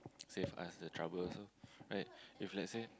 save us the trouble also right if let's say